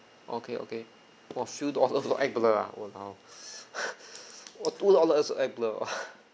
okay okay !wah! few dollar also act blur ah !walao! !wah! two dollar also act blur ah